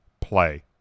play